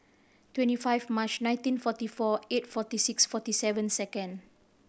twenty five March nineteen forty four eight forty six forty seven second